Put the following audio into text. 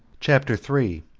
chapter three.